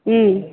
ம்